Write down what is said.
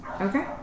Okay